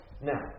Now